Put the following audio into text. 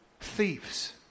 Thieves